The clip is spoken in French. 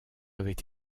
avait